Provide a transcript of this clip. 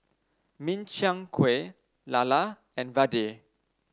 Min Chiang Kueh Lala and Vadai